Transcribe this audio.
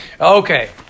Okay